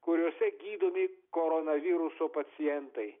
kuriose gydomi koronaviruso pacientai